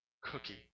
cookie